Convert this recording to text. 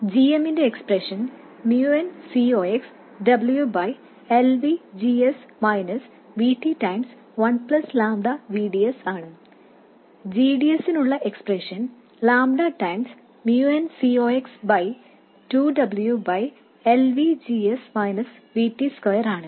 g m ന്റെ expression mu n C ox W by L V G S minus V T ഗുണനം one plus lambda V D S ആണ് g d sനുള്ള expression lambda ഗുണനം mu n C ox by 2 W by L V G S by V T square ആണ്